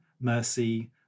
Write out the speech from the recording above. mercy